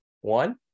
one